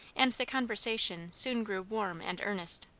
and the conversation soon grew warm and earnest.